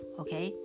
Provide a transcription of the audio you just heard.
okay